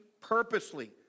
purposely